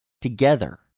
together